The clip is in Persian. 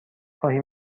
خواهی